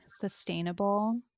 sustainable